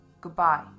Goodbye